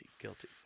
guilty